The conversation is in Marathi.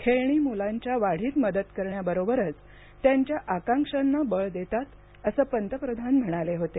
खेळणी मुलांच्या वाढीत मदत करण्याबरोबरच त्यांच्या आकांक्षांना बळ देतात असं पंतप्रधान म्हणाले होते